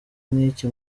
nk’iki